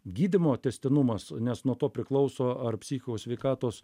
gydymo tęstinumas nes nuo to priklauso ar psichikos sveikatos